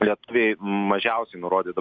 lietuviai mažiausiai nurodyta